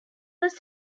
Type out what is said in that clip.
was